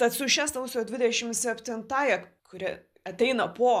tad su šia sausio dvidešim septintąja kuri ateina po